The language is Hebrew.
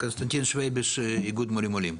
קונסטנטין שוויביש, איגוד מורים עולים.